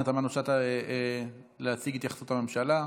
תמנו שטה להציג את התייחסות הממשלה,